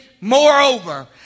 moreover